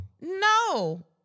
No